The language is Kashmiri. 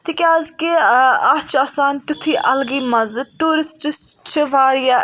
تِکیازِ کہِ اَتھ چھِ آسان تِتھُے اَلگٕے مَزٕ ٹورِسٹٕس چھِ واریاہ